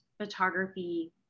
photography